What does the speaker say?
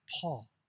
Paul